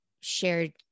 shared